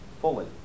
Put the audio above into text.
fully